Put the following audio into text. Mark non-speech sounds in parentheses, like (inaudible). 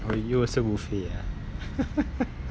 oh you also buffet ah (laughs)